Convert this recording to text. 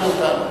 לטיפולכם,